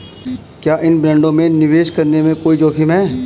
क्या इन बॉन्डों में निवेश करने में कोई जोखिम है?